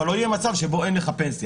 אבל לא יהיה מצב שבו אין לך פנסיה.